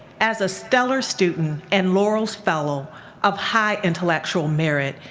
as a stellar student and laurels fellow of high intellectual merit,